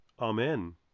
Amen